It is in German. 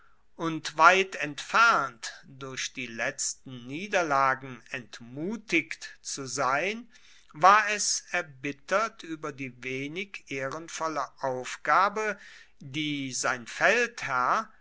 und weit entfernt durch die letzten niederlagen entmutigt zu sein war es erbittert ueber die wenig ehrenvolle aufgabe die sein